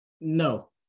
No